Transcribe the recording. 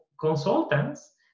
consultants